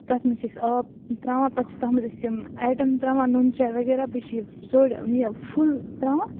تَتھ منٛز چھِ أسۍ آب ترٛاوان پَتہٕ چھِ تَتھ منٛز أسۍ یِم آیٹَم ترٛاوان نُن چاے وغیرہ بیٚیہِ چھِ یہِ سورُے یہِ فُل ترٛاوان